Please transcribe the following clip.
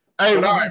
Hey